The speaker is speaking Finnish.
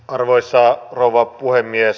arvoisa rouva puhemies